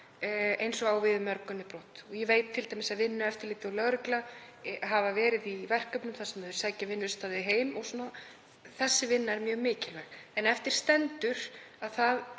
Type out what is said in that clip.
eins og á við um mörg önnur brot. Ég veit t.d. að Vinnueftirlitið og lögregla hafa verið í verkefnum þar sem þau sækja vinnustaði heim. Sú vinna er mjög mikilvæg. En eftir stendur að það